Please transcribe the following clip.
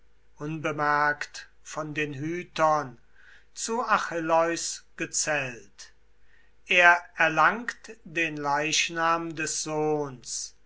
unbemerkt von den hütern zu achilleus gezelt er erlangt den leichnam des sohns